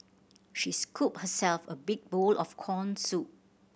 she scooped herself a big bowl of corn soup